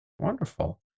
Wonderful